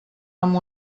amb